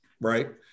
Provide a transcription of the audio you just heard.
right